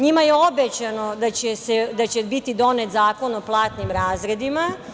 NJima je obećano da će biti donet zakon o platnim razredima.